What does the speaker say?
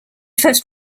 first